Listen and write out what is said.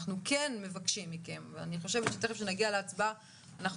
אנחנו כן מבקשים מכם ואני חושבת שתיכף נגיע להצבעה אנחנו